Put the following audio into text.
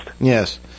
yes